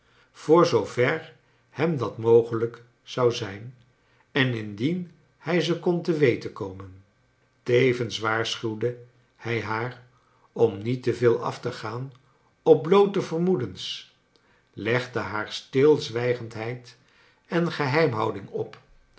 voor zoo ver hem dat mogelijk zou zijn en indien bij ze kon te weten komen tevens waarschuwde bij baar om niet te veel af te gaan op bloote vermoedens legde haar stilzwijgendbeid en gebeimhouding op